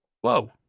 Whoa